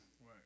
Right